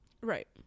right